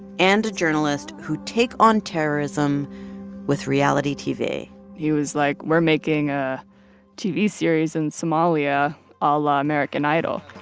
and a journalist who take on terrorism with reality tv he was like, we're making a tv series in somalia ah a la american idol.